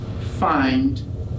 find